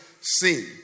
Seen